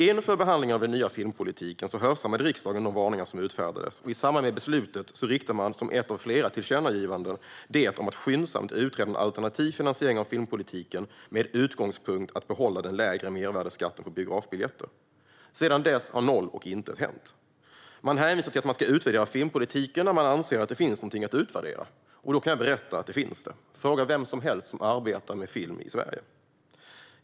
Inför behandlingen av den nya filmpolitiken hörsammade riksdagen de varningar som utfärdades, och i samband med beslutet riktade man som ett av flera tillkännagivanden det om att skyndsamt utreda en alternativ finansiering av filmpolitiken med utgångspunkt i att behålla den lägre mervärdesskatten på biografbiljetter. Sedan dess har noll och intet hänt. Man hänvisar till att man ska utvärdera filmpolitiken när man anser att det finns någonting att utvärdera. Då kan jag berätta att det finns det. Fråga vem som helst som arbetar med film i Sverige!